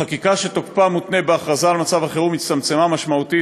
החקיקה שתוקפה מותנה בהכרזה על מצב חירום הצטמצמה משמעותית,